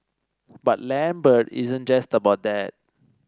but Lambert isn't just about that